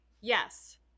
Yes